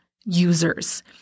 users